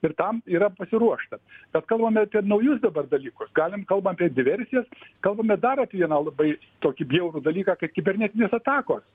ir tam yra pasiruošta bet kalbame apie naujus dabar dalykus galim kalbam apie diversijas kalbame dar apie vieną labai tokį bjaurų dalyką kaip kibernetinės atakos